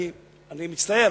אני מצטער,